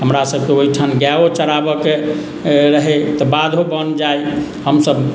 हमरासभके ओहिठाम गायो चराबयके रहए तऽ बाधो बोन जाइ हमसभ